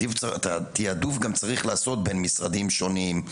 את התעדוף גם צריך לעשות בין משרדים שונים,